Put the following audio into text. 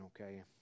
okay